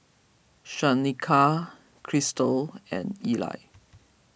Shanika Christal and Eli